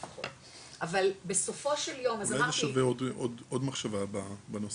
אבל בסופו של יום --- אולי זה שווה עוד מחשבה בנושא,